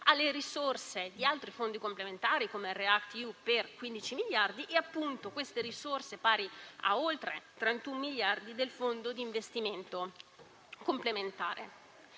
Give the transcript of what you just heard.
delle risorse di altri fondi complementari, come React-EU, per 15 miliardi e appunto di queste ulteriori risorse pari a oltre 31 miliardi del fondo di investimento complementare.